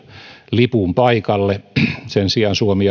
lipun paikalle sen sijaan suomi